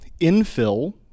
Infill